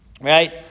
right